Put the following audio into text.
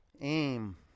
Aim